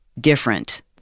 different